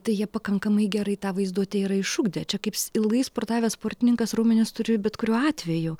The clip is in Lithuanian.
tai jie pakankamai gerai tą vaizduotę yra išugdę čia kaip ilgai sportavęs sportininkas raumenis turi bet kuriuo atveju